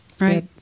Right